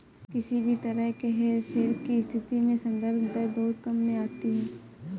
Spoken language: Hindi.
किसी भी तरह के हेरफेर की स्थिति में संदर्भ दर बहुत काम में आती है